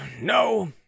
no